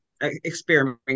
experiment